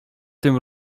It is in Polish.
tym